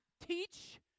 teach